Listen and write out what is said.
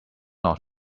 not